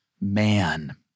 Man